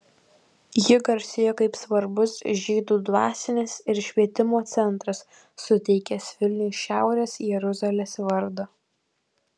ji garsėjo kaip svarbus žydų dvasinis ir švietimo centras suteikęs vilniui šiaurės jeruzalės vardą